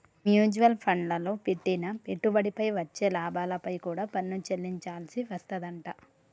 mutual ఫండ్లల్లో పెట్టిన పెట్టుబడిపై వచ్చే లాభాలపై కూడా పన్ను చెల్లించాల్సి వస్తాదంట